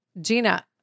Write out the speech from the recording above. Gina